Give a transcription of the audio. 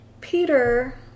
Peter